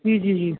ਜੀ ਜੀ ਜੀ